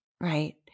right